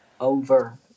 over